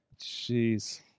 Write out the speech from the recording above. Jeez